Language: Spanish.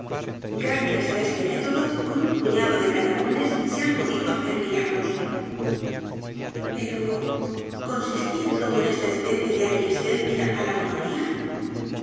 gracias á este método con u n puñado de cañamones se han podido hacer milagros pei'o consistía todo en esta especie de aquiescencia á la mono